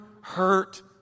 hurt